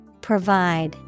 Provide